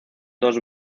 dos